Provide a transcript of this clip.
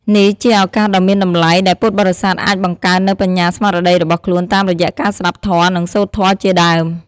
នេះជាឱកាសដ៏មានតម្លៃ ដែលពុទ្ធបរិស័ទអាចបង្កើននូវបញ្ញាស្មារតីរបស់ខ្លួន តាមរយៈការស្តាប់ធម៌ និងសូត្រធម៌ជាដើម។